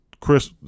Chris